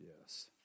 Yes